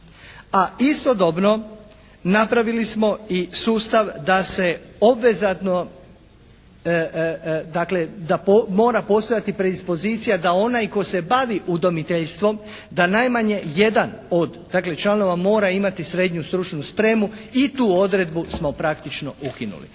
a istodobno napravili smo i sustav da se obvezatno dakle da mora postojati predispozicija da onaj tko se bavi udomiteljstvom da najmanje jedan od dakle članova mora imati srednju stručnu spremu i tu odredbu smo praktično ukinuli.